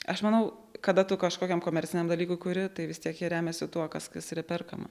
aš manau kada tu kažkokiam komerciniam dalykui kuri tai vis tiek jie remiasi tuo kas kas yra perkama